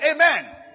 Amen